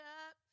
up